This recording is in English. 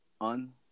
on